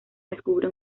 descubre